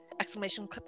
exclamation